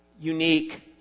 Unique